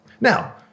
Now